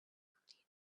need